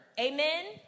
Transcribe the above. Amen